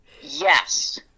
yes